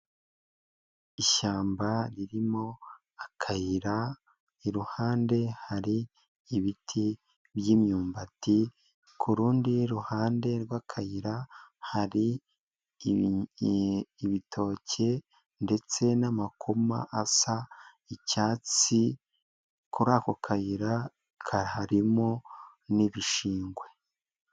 Ishyamba ririmo akayira, iruhande hari ibiti by'imyumbati, ku rundi ruhande rw'akayira, hari ibitoki ndetse n'amakoma asa icyatsi, kuri ako kayira haririmo n'ibishingwe.